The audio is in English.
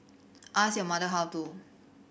ask your mother how to